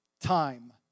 time